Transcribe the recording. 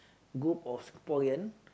group of Singaporean